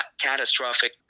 catastrophic